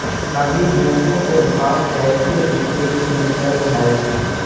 अभी गेहूं के भाव कैसे रूपये क्विंटल हई?